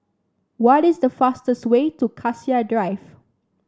what is the fastest way to Cassia Drive